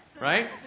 Right